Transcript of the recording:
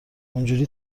اونجوری